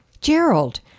Gerald